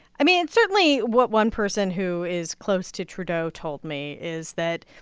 i mean, certainly what one person who is close to trudeau told me is that,